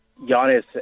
Giannis